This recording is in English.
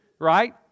right